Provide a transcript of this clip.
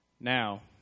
Now